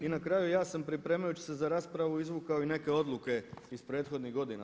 I na kraju, ja sam pripremajući se za raspravu izvukao i neke odluke iz prethodnih godina.